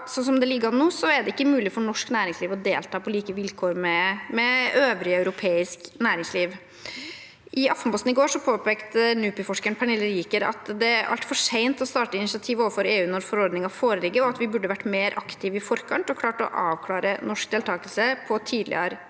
Slik det ligger an nå, er det ikke mulig for norsk næringsliv å delta på like vilkår med øvrig europeisk næringsliv. I Aftenposten i går påpekte NUPI-forskeren Pernille Rieker at det er altfor sent å starte initiativ overfor EU når forordningen foreligger, og at vi burde vært mer aktiv i forkant og klart å avklare norsk deltakelse på et tidligere tidspunkt.